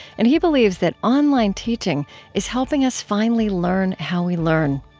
and he believes that on-line teaching is helping us finally learn how we learn.